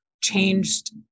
changed